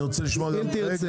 אני רוצה לשמוע את נמל